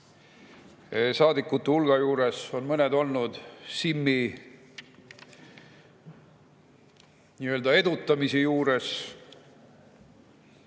saadikute hulgas, on mõned olnud Simmi edutamise juures,